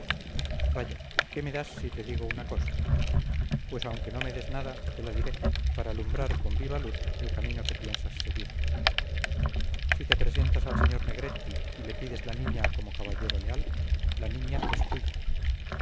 vaya qué me das si te digo una cosa pues aunque no me des nada te la diré para alumbrar con viva luz el camino que piensas seguir si te presentas al sr negretti y le pides la niña como caballero leal la niña es tuya